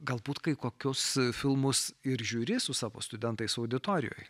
galbūt kai kokius filmus ir žiūri su savo studentais auditorijoj